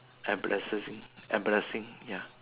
embarrassing embarrassing